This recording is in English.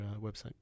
website